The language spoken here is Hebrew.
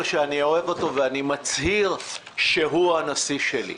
שאני אוהב אותו ואני מצהיר שהוא הנשיא שלי.